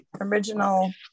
original